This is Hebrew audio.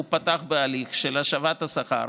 הוא פותח בהליך של השבת השכר,